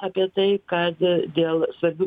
apie tai kad dėl svarbių